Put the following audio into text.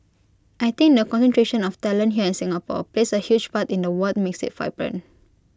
I think the concentration of talent here in Singapore plays A huge part in the what makes IT vibrant